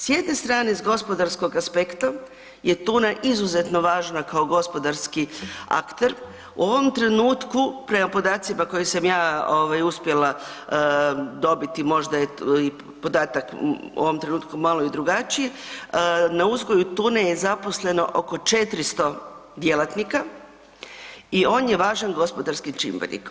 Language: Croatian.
S jedne strane, s gospodarskog aspekta je tuna izuzetno važna kao gospodarski akter, u ovom trenutku prema podacima koje sam ja uspjela dobiti možda je to podatak i u ovom trenutku malo i drugačiji, na uzgoju tune je zaposleno oko 400 djelatnika i on je važan gospodarski čimbenik.